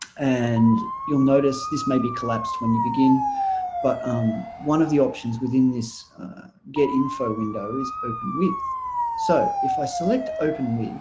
and you'll notice this may be collapsed when you begin but um one of the options within this get info window is open with so if i select open